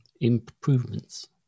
improvements